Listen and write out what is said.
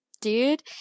dude